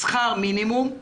שכר מינימום,